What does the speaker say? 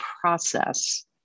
process